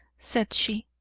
said she,